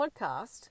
podcast